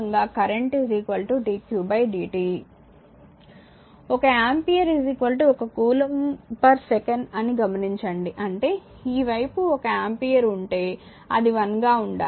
1 ampere 1 coulomb second అని గమనించండి అంటే ఈ వైపు 1 ఆంపియర్ ఉంటే అది 1 గా ఉండాలి